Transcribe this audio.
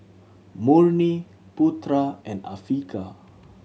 Murni Putera and Afiqah